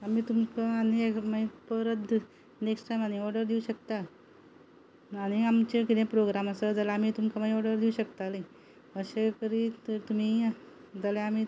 आमी तुमकां आनी एक मागीर परत नेक्स्ट टायम आनी ऑर्डर दिवंक शकता आनी आमचें कितें प्रोग्राम आसा जाल्यार आमी तुमकां मागीर ऑर्डर दिवंक शकता अशे करीत जर तुमी जाल्यार आमी